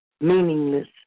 meaningless